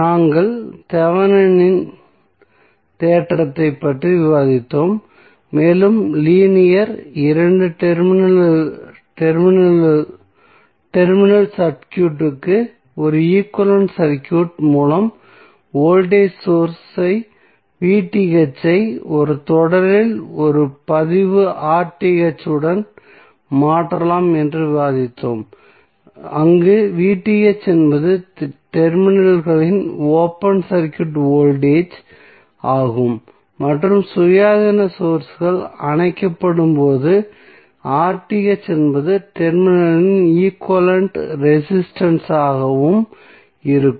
நாங்கள் தெவெனினின் தேற்றத்தைப் Thevenins theorem பற்றி விவாதித்தோம் மேலும் லீனியர் இரண்டு டெர்மினல் சர்க்யூட்க்கு ஒரு ஈக்வலன்ட் சர்க்யூட் மூலம் வோல்டேஜ் சோர்ஸ் ஐ ஒரு தொடரில் ஒரு பதிவு உடன் மாற்றலாம் என்று விவாதித்தோம் அங்கு என்பது டெர்மினல்களில் ஓபன் சர்க்யூட் வோல்டேஜ் ஆகும் மற்றும் சுயாதீன சோர்ஸ்கள் அணைக்கப்படும் போது என்பது டெர்மினல்களில் ஈக்விவலெண்ட் ரெசிஸ்டன்ஸ் ஆகவும் இருக்கும்